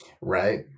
Right